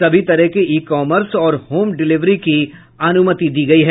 सभी तरह के ई कॉमर्स और होम डिलीवरी की अनुमति होगी